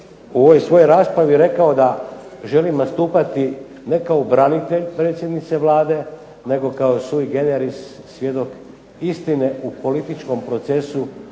u ovoj svojoj raspravi rekao da želim nastupati ne kao branitelj predsjednice Vlade, nego kao sui generis svjedok istine u političkom procesu